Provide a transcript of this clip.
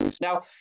Now